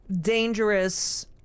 dangerous